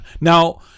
Now